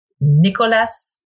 Nicolas